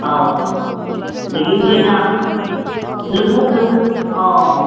ꯑꯧ ꯑꯗꯒꯤ ꯅꯣꯏꯅ ꯂꯣꯡꯎꯞ ꯂꯣꯡꯎꯞ ꯑꯧ